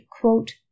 quote